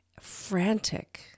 frantic